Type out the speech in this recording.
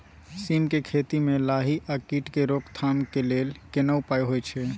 सीम के खेती म लाही आ कीट के रोक थाम के लेल केना उपाय होय छै?